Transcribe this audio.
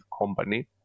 company